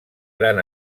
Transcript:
gran